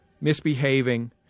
misbehaving